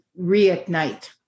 reignite